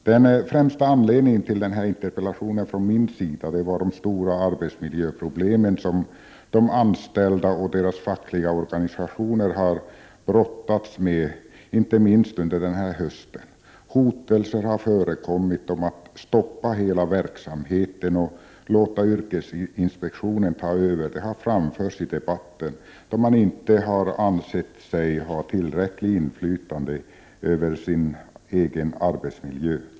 Den främsta anledningen till att jag ställde min interpellation var de stora arbetsmiljöproblem som de anställda och deras fackliga organisationer har brottats med inte minst under denna höst. Hotelser om att stoppa hela verksamheten och låta yrkesinspektionen ta över har framförts i debatten, då man inte har ansett sig ha tillräckligt inflytande över sin egen arbetsmiljö.